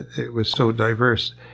it was so diverse.